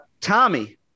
Tommy